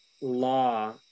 law